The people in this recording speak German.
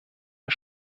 der